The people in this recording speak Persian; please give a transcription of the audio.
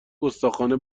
گستاخانه